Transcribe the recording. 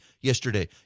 yesterday